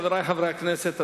חברי חברי הכנסת,